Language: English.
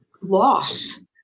loss